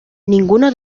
ninguno